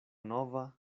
nova